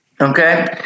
Okay